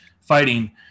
fighting